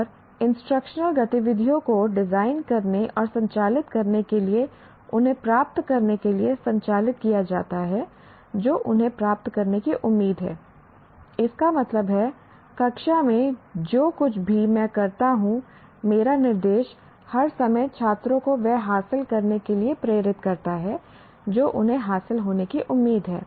और इंस्ट्रक्शनल गतिविधियों को डिजाइन करने और संचालित करने के लिए उन्हें प्राप्त करने के लिए संचालित किया जाता है जो उन्हें प्राप्त करने की उम्मीद है इसका मतलब है कक्षा में जो कुछ भी मैं करता हूं मेरा निर्देश हर समय छात्रों को वह हासिल करने के लिए प्रेरित करता है जो उन्हें हासिल होने की उम्मीद है